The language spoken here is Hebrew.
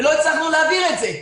ולא הצלחנו להעביר את זה.